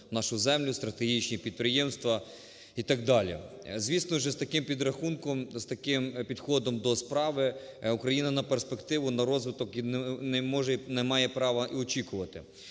нашу землю, стратегічні підприємства і так далі. Звісно же з таким підрахунком, з таким підходом до справи Україна на перспективу, на розвиток не може і не має права очікувати.